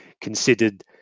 considered